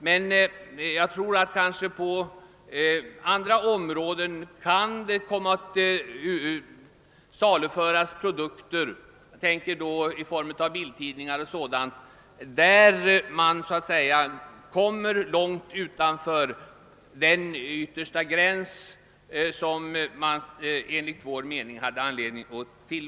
Men jag tror att det kanske på andra områden kan komma att saluföras produkter — jag tänker då i form av bildtidningar — där man så att säga kommer långt utanför den yttersta gräns, där man enligt vår mening hade anledning att stanna.